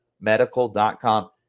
medical.com